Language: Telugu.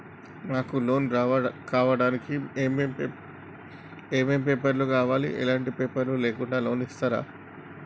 మాకు లోన్ కావడానికి ఏమేం పేపర్లు కావాలి ఎలాంటి పేపర్లు లేకుండా లోన్ ఇస్తరా?